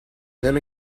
then